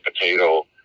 potato